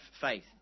faith